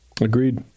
Agreed